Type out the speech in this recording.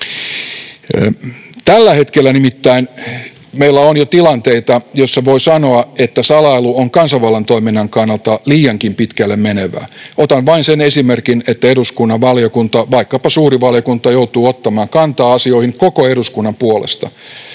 Tällä hetkellä nimittäin meillä on jo tilanteita, joissa voi sanoa, että salailu on kansanvallan toiminnan kannalta liiankin pitkälle menevää. Otan vain sen esimerkin, että eduskunnan valiokunta, vaikkapa suuri valiokunta, joutuu ottamaan kantaa asioihin koko eduskunnan puolesta,